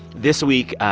this week,